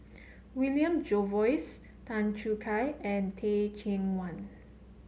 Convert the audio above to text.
William Jervois Tan Choo Kai and Teh Cheang Wan